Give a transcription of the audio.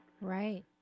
Right